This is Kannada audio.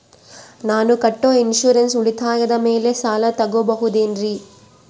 ನಾನು ಕಟ್ಟೊ ಇನ್ಸೂರೆನ್ಸ್ ಉಳಿತಾಯದ ಮೇಲೆ ಸಾಲ ತಗೋಬಹುದೇನ್ರಿ?